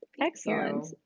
Excellent